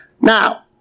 Now